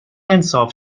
انصاف